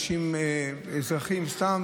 אזרחים סתם